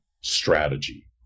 strategy